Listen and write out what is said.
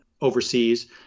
overseas